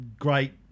Great